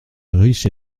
riche